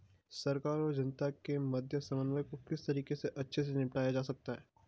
सरकार और जनता के मध्य समन्वय को किस तरीके से अच्छे से निपटाया जा सकता है?